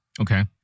Okay